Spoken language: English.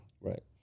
Right